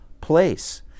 place